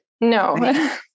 No